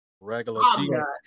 Regular